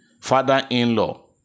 father-in-law